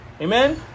Amen